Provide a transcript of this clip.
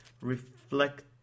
reflect